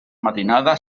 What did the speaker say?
matinada